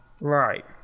Right